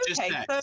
Okay